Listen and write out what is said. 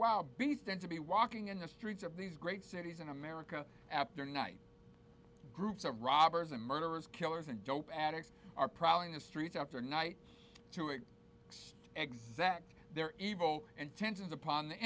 wild beast and to be walking in the streets of these great cities in america after night groups are robbers and murderers killers and dope addicts are probably in the streets after night to exact their evil intentions upon the